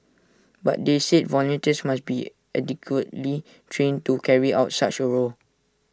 but they said volunteers must be adequately trained to carry out such A role